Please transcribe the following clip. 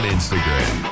Instagram